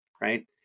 right